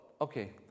Okay